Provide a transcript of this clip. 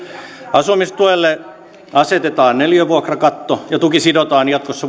asumistuelle asetetaan neliövuokrakatto ja tuki sidotaan jatkossa